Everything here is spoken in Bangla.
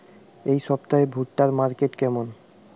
এই সপ্তাহে ভুট্টার মার্কেট কেমন?